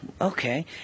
okay